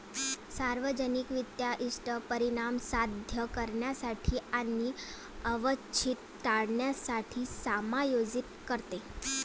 सार्वजनिक वित्त इष्ट परिणाम साध्य करण्यासाठी आणि अवांछित टाळण्यासाठी समायोजित करते